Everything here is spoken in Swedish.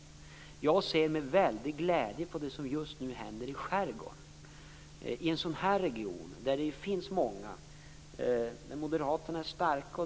Jag ser med väldig glädje på det som just nu händer i skärgården; alltså i en sådan här region, där det bor många människor och där Moderaterna är starka.